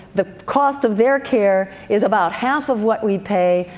the cost of their care is about half of what we pay.